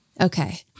Okay